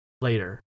later